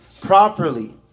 properly